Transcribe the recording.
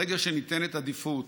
ברגע שניתנת עדיפות